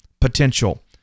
potential